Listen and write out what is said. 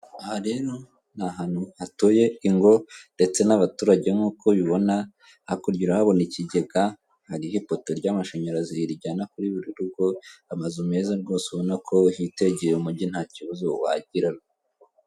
Umutaka wa sosiyete ikora ubucuruzi bw'itumanaho eyateri, uteretse impande y'umuhanda munsi y'umutaka hakaba arimo umukobwa wambaye ijiri y'umuhondo ya emutiyene, impande yaho gato hakaba hari gutambuka undi mugabo, impande yaho gato, hakaba hari abaporisi babiri bahagaze, basa n'abitegereza uburyo ki ibinyabiziga birimo birahita mu muhanda.